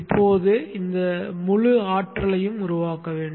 இப்போது இந்த முழு ஆற்றலையும் உருவாக்க வேண்டும்